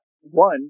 one